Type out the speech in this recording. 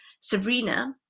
Sabrina